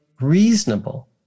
reasonable